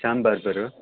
Shan Bahadur